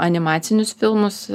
animacinius filmus